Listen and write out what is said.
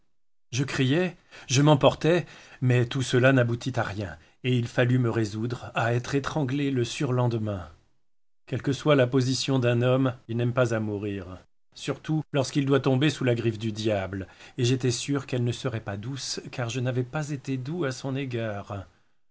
je criai je m'emportai mais tout cela n'aboutit à rien et il fallut me résoudre à être étranglé le surlendemain quelque soit la position d'un homme il n'aime pas à mourir surtout lorsqu'il doit tomber sous la griffe du diable et j'étais sûr qu'elle ne serait pas douce car je n'avais pas été doux à son égard